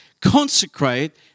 Consecrate